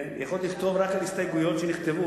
יכולתי לכתוב רק על הסתייגויות שנכתבו,